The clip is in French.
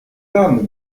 âmes